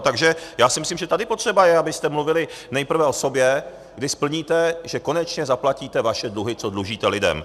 Takže já si myslím, že tady potřeba je, abyste mluvili nejprve o sobě, kdy splníte, že konečně zaplatíte vaše dluhy, co dlužíte lidem.